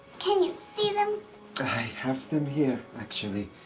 can you see them? i have them here actually.